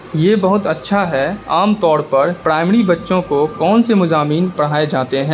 یہ بہت اچھا ہے عام طور پر پرائمری بچوں کو کون سے مضامین پڑھائے جاتے ہیں